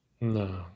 no